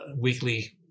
weekly